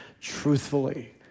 truthfully